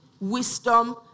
wisdom